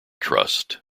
trust